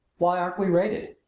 why aren't we raided?